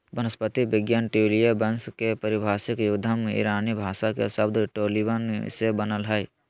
वनस्पति विज्ञान ट्यूलिया वंश के पारिभाषिक उद्गम ईरानी भाषा के शब्द टोलीबन से बनल हई